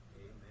Amen